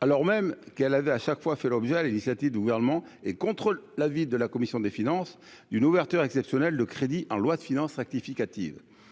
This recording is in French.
alors même qu'elle avait à chaque fois, fait l'objet à l'initiative du gouvernement et contre l'avis de la commission des finances d'une ouverture exceptionnelle de crédit en loi de finances rectificative